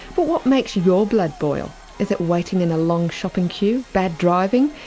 but what makes your blood boil is it waiting in a long shopping queue, bad driving,